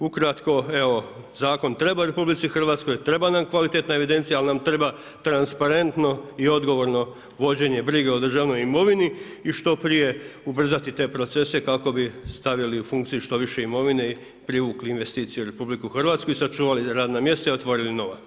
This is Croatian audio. Ukratko evo zakon treba Republici Hrvatskoj, treba nam kvalitetna evidencija ali nam treba transparentno i odgovorno vođenje brige o državnoj imovini i što prije ubrzati te procese kako bi stavili u funkciju što više imovine i privukli investicije u RH i sačuvali radna mjesta i otvorili nova.